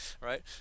right